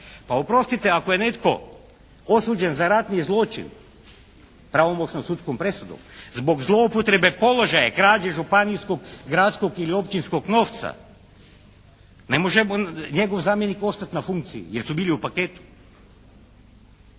Pa oprostite ako je netko osuđen za ratni zločin pravomoćnom sudskom presudom zbog zloupotrebe položaja, krađe županijskog, gradskog ili općinskog novca. Ne može njegov zamjenik ostati na funkciji jer su bili u paketu.